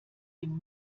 dem